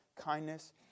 kindness